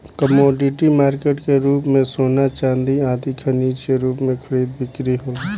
commodity market के रूप में सोना चांदी आदि खनिज के भी खरीद बिक्री होला